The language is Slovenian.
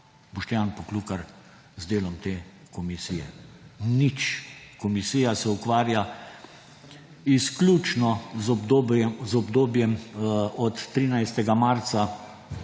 Boštjan Poklukar z delom te komisije? Nič. Komisija se ukvarja izključno z obdobjem od 13. marca